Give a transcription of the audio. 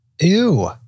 Ew